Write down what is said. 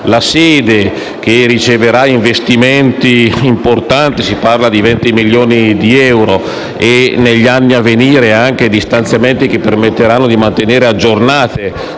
la sede riceverà investimenti importanti - si parla di 20 milioni di euro - e negli anni a venire stanziamenti che permetteranno di mantenere aggiornate